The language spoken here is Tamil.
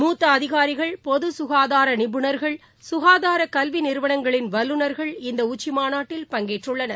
முத்தஅதிகாரிகள்பொதுசுகாதாரநிபுணர்கள் சுகாதாரகல்விநிறுவனங்களின் வல்லுநர்கள் இந்தஉச்சிமாநாட்டில் பங்கேற்றுள்ளனர்